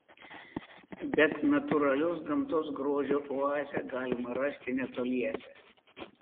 bet natūralios gamtos grožio oazę galima rasti netoliese